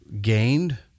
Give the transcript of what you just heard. gained